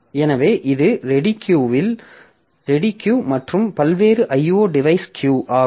எனவே இது ready queue மற்றும் பல்வேறு IO டிவைஸ் கியூ ஆகும்